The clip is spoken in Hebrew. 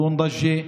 (אומר בערבית: